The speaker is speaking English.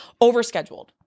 overscheduled